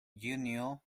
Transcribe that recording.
junio